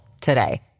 today